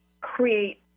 create